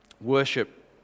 Worship